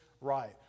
right